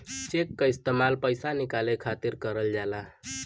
check क इस्तेमाल पइसा निकाले खातिर करल जाला